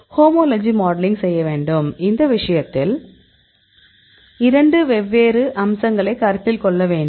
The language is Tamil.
ஹோமோலஜி மாடலிங் செய்ய வேண்டும் இந்த விஷயத்தில் இரண்டு வெவ்வேறு அம்சங்களைக் கருத்தில் கொள்ள வேண்டும்